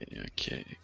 okay